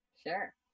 Sure